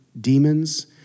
demons